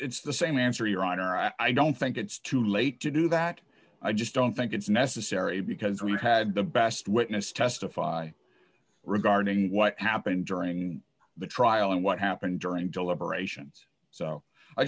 it's the same answer your honor i don't think it's too late to do that i just don't think it's necessary because we've had the best witness testify regarding what happened during the trial and what happened during deliberations so i